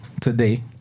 today